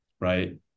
right